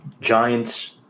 Giants